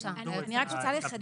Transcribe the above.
--- אני רק רוצה לחדד,